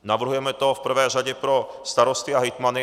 Navrhujeme to v prvé řadě pro starosty a hejtmany.